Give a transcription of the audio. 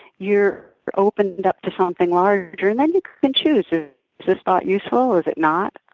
you're opened up to something larger and then you can choose, is this thought useful? is it not?